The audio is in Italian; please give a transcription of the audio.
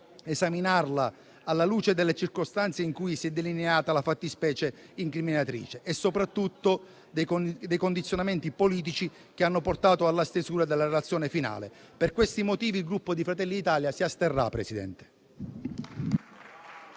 esaminarla alla luce delle circostanze in cui si è delineata la fattispecie incriminatrice e soprattutto dei condizionamenti politici che hanno portato alla stesura della relazione finale. Per questi motivi, il Gruppo Fratelli d'Italia si asterrà.